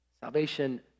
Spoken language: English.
salvation